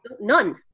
none